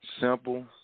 simple